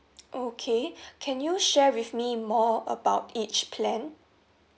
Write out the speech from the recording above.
okay can you share with me more about each plan